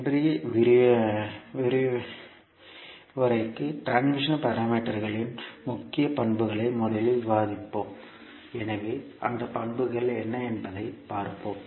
இன்றைய விரிவுரைக்கு டிரான்ஸ்மிஷன் பாராமீட்டர்களின் முக்கிய பண்புகளை முதலில் விவாதிப்போம் எனவே அந்த பண்புகள் என்ன என்பதைப் பார்ப்போம்